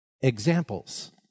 examples